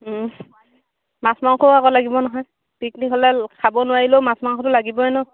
মাছ মাংস আকৌ লাগিব নহয় পিকনিক হ'লে খাব নোৱাৰিলেও মাছ মাংসটো লাগিবই ন